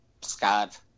Scott